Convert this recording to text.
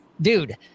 Dude